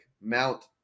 mount